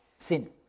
sin